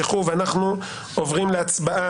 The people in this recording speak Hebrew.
הצבעה